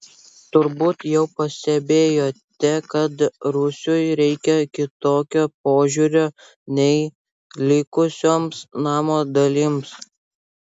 turbūt jau pastebėjote kad rūsiui reikia kitokio požiūrio nei likusioms namo dalims